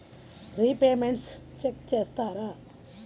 Repayments check చేస్తారా?